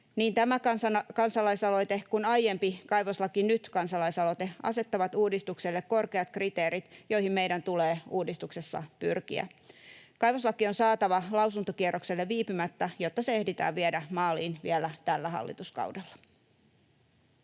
Niin tämä kansalaisaloite kuin aiempi Kaivoslaki Nyt -kansalaisaloite asettavat uudistukselle korkeat kriteerit, joihin meidän tulee uudistuksessa pyrkiä. Kaivoslaki on saatava lausuntokierrokselle viipymättä, jotta se ehditään viedä maaliin vielä tällä hallituskaudella.